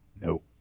No